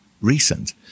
recent